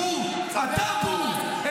בור ועם הארץ.